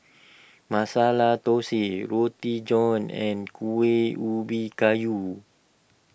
Masala Thosai Roti John and Kueh Ubi Kayu